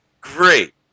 great